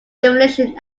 divination